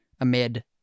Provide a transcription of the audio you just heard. amid